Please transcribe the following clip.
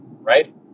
right